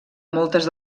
moltes